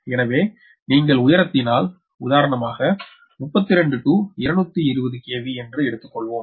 எனவே நீங்கள் உயர்த்தினால் உதாரணமாக 33 to 220 kv என்று எடுத்துக்கொள்வோம்